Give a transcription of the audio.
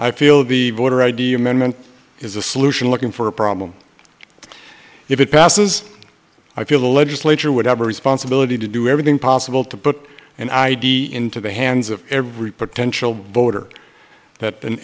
i feel the border idea men men is a solution looking for a problem if it passes i feel the legislature would have responsibility to do everything possible to put an id into the hands of every potential voter that an